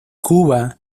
cuba